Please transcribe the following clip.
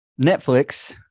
Netflix